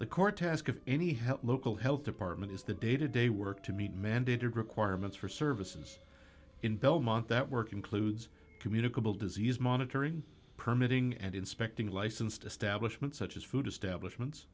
the court task of any help local health department is the day to day work to meet mandated requirements for services in belmont that work includes communicable disease monitoring permitting and inspecting licensed establishment such as food establishment